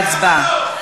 להצבעה.